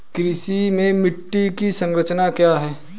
कृषि में मिट्टी की संरचना क्या है?